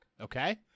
Okay